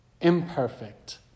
imperfect